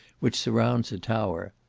which surrounds a tower.